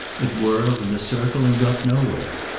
it whirled in a circle and got nowhere.